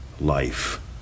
life